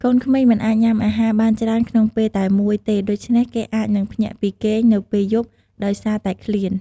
កូនក្មេងមិនអាចញុំាអាហារបានច្រើនក្នុងពេលតែមួយទេដូច្នេះគេអាចនឹងភ្ញាក់ពីគេងនៅពេលយប់ដោយសារតែឃ្លាន។